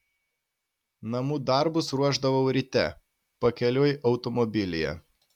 namų darbus ruošdavau ryte pakeliui automobilyje